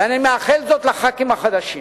ואני מאחל זאת לחברי הכנסת החדשים,